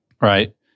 right